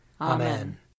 Amen